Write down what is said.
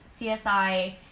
CSI